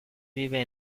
vive